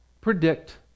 predict